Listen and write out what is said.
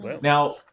Now